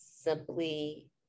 simply